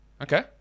Okay